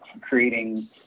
creating